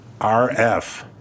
rf